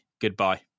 goodbye